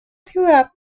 ciudad